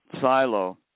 Silo